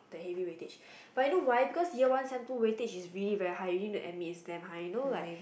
the heavy weightage but you know why because year one sem two weightage is really very high usually the M_A is damn high you know like